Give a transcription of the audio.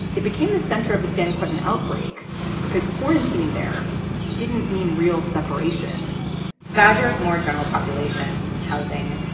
it became the center of the san quentin outbreak because quarantining there didn't mean real separation badger is more general population housing.